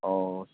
okay